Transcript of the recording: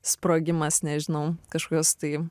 sprogimas nežinau kažkokios tai